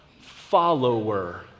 follower